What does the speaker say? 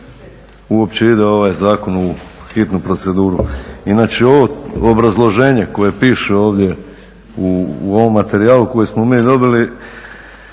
uopće ide ovaj zakon u hitnu proceduru. Inače ovo obrazloženje koje piše ovdje u ovom materijalu koji smo mi dobili,